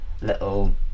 little